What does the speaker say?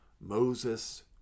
Moses